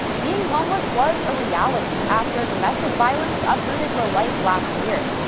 being homeless was a reality after domestic violence uprooted her life last year.